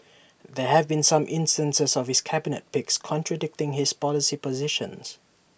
there have been some instances of his cabinet picks contradicting his policy positions